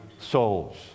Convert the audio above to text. souls